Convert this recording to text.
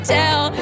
tell